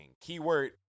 Keyword